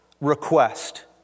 request